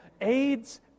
AIDS